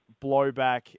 blowback